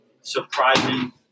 surprising